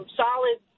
solid